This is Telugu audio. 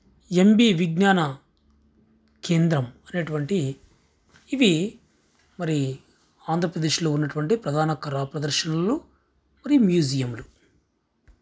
ఎం బి విజ్ఞాన కేంద్రం అనేటువంటి ఇవి మరి ఆంధ్రప్రదేశ్లో ఉన్నటువంటి ప్రధాన కళాప్రదర్శనలు మరి మ్యూజియములు